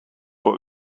haar